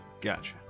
Gotcha